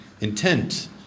intent